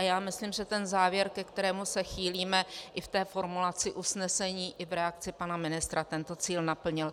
Já myslím, že závěr, ke kterému se chýlíme i ve formulaci usnesení i v reakci pana ministra, tento cíl naplnil.